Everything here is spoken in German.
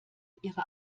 ihre